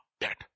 dead